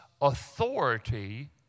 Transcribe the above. authority